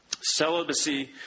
Celibacy